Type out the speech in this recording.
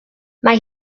mae